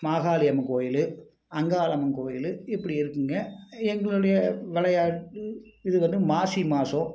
மாகாளியம்மன் கோயில் அங்காளம்மன் கோயில் இப்படி இருக்குதுங்க எங்களுடைய வெளையா இது வந்து மாசி மாதம்